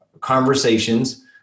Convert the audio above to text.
conversations